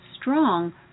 strong